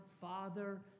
father